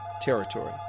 territory